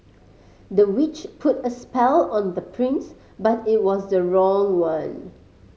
the witch put a spell on the prince but it was the wrong one